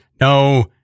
No